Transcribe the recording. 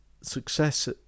success